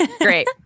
Great